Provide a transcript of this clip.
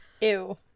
Ew